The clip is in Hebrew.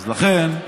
אז לכן,